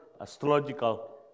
astrological